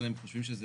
אבל הם חושבים שזה